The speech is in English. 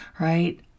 right